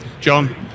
John